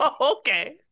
okay